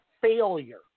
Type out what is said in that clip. failure